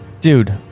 Dude